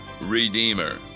Redeemer